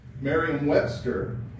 Merriam-Webster